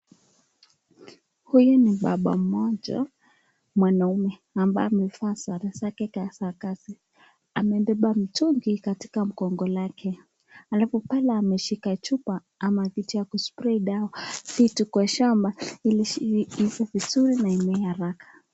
Huyu ni baba mmoja, mwanaume ambaye amevaa sare zake za kazi, amebaba mtungi katika mgongo lake. Halafu pale ameshika chupa ama vitu ya ku spray dawa au vitu kwa shamba ili iive vizuri na imee haraka.